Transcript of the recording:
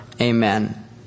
Amen